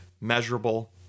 measurable